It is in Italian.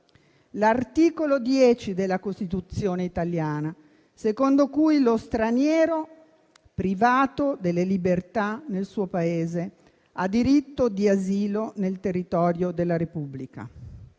l'articolo 10 della Costituzione italiana, secondo cui lo straniero privato delle libertà nel suo Paese «ha diritto d'asilo nel territorio della Repubblica».